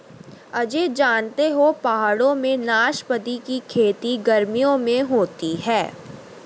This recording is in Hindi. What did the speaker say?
अजय जानते हो पहाड़ों में नाशपाती की खेती गर्मियों में होती है